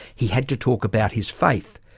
he had to talk about his faith.